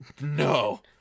No